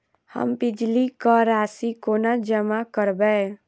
हम बिजली कऽ राशि कोना जमा करबै?